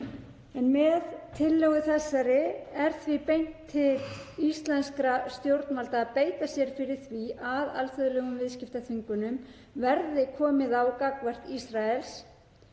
Með tillögu þessari er því beint til íslenskra stjórnvalda að beita sér fyrir því að alþjóðlegum viðskiptaþvingunum verði komið á gagnvart Ísrael.